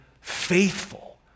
faithful